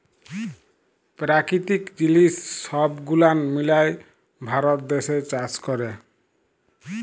পেরাকিতিক জিলিস সহব গুলান মিলায় ভারত দ্যাশে চাষ ক্যরে